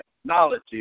technology